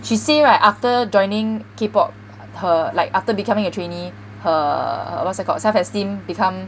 she say right after joining K pop her like after becoming a trainee her what's it called self esteem become